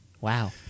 Wow